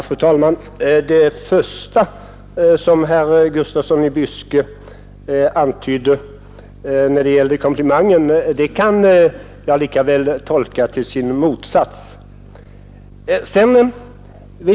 Fru talman! Det första som herr Gustafsson i Byske sade och som skulle vara en komplimang kan jag lika väl tolka som motsatsen.